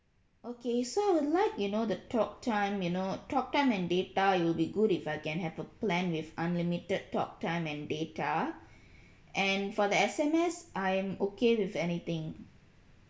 okay so will like you know the talk time you know talk time and data it will be good if I can have a plan with unlimited talk time and data and for the S_M_S I'm okay with anything